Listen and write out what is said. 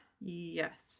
Yes